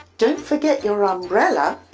don't forget your ah umbrella.